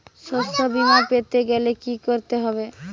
শষ্যবীমা পেতে গেলে কি করতে হবে?